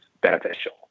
beneficial